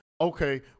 okay